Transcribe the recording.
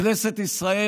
בכנסת ישראל,